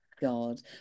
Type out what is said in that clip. God